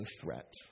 threat